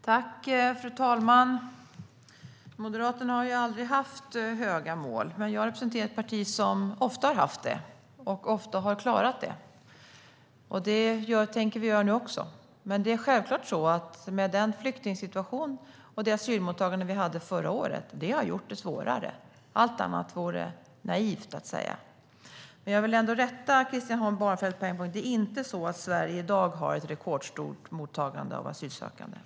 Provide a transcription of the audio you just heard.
Fru talman! Moderaterna har aldrig haft höga mål, men jag representerar ett parti som ofta har haft det och ofta har klarat det. Det tänker vi göra nu också. Men det är självklart så att den flyktingsituation och det asylmottagande vi hade förra året har gjort det svårare. Allt annat vore naivt att säga. Jag vill rätta Christian Holm Barenfeld på en punkt. Det är inte så att Sverige i dag har ett rekordstort mottagande av asylsökande.